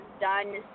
done